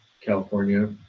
california